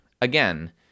again